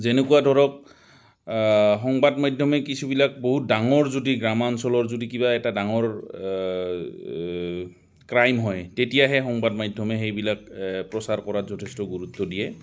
যেনেকুৱা ধৰক সংবাদ মাধ্যমে কিছুবিলাক বহুত ডাঙৰ যদি গ্ৰামাঞ্চলৰ যদি কিবা এটা ডাঙৰ ক্ৰাইম হয় তেতিয়াহে সংবাদ মাধ্যমে সেইবিলাক প্ৰচাৰ কৰাত যথেষ্ট গুৰুত্ব দিয়ে